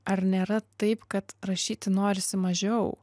ar nėra taip kad rašyti norisi mažiau